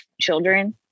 children